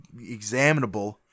examinable